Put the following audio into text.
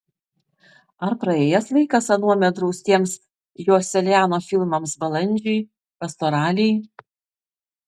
ar praėjęs laikas anuomet draustiems joselianio filmams balandžiui pastoralei